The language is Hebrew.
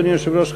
אדוני היושב-ראש,